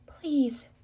Please